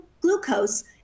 glucose